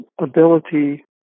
ability